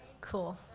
cool